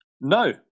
No